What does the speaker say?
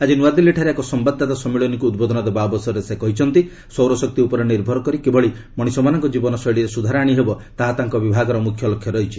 ଆଜି ନୂଆଦିଲ୍ଲୀଠାରେ ଏକ ସମ୍ଭାଦଦାତା ସମ୍ମିଳନୀକୁ ଉଦ୍ବୋଧନ ଦେବା ଅବସରରେ ସେ କହିଛନ୍ତି ସୌରଶକ୍ତି ଉପରେ ନିର୍ଭର କରି କିଭଳି ମଣିଷମାନଙ୍କ ଜୀବନ ଶୈଳୀରେ ସୁଧାର ଆଣି ହେବ ତାହା ତାଙ୍କ ବିଭାଗର ମୁଖ୍ୟ ଲକ୍ଷ୍ୟ ରହିଛି